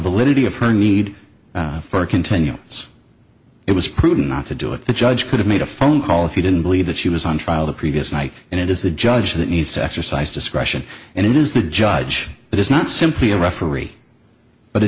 validity of her need for a continuance it was prudent not to do it the judge could have made a phone call if you didn't believe that she was on trial the previous night and it is the judge that needs to exercise discretion and it is the judge that is not simply a referee b